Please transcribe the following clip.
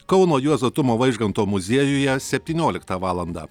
kauno juozo tumo vaižganto muziejuje septynioliktą valandą